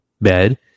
bed